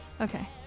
okay